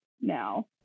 now